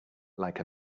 like